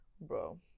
bro